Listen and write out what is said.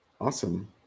Awesome